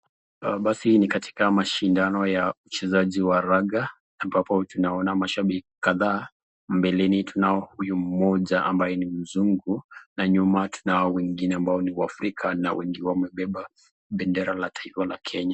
basi ni katika mashindano ya uchezaji wa raga ambapo tunaona mashabiki kadhaa. Mbeleni tunao huyu mmoja ambaye ni mzungu na nyuma tunao wengine ambao ni Waafrika na wengi wamebeba bendera la taifa la Kenya.